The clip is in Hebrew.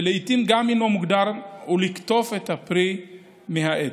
שלעיתים גם אינו מגודר, ולקטוף את הפרי מהעץ.